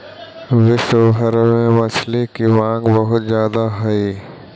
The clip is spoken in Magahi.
विश्व भर में मछली की मांग बहुत ज्यादा हई